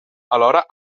alhora